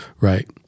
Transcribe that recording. Right